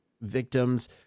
victims